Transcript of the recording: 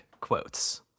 quotes